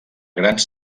grans